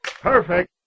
Perfect